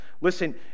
Listen